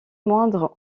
moindre